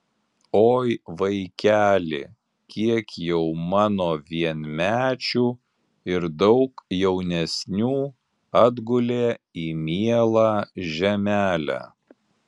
oi vaikeli kiek jau mano vienmečių ir daug jaunesnių atgulė į mielą žemelę